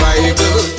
Bible